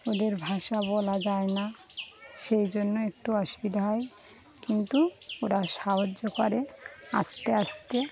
ওদের ভাষা বলা যায় না সেই জন্য একটু অসুবিধা হয় কিন্তু ওরা সাহায্য করে আস্তে আস্তে